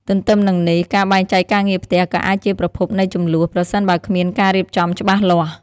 ទទ្ទឹមនឹងនេះ ការបែងចែកការងារផ្ទះក៏អាចជាប្រភពនៃជម្លោះ ប្រសិនបើគ្មានការរៀបចំច្បាស់លាស់។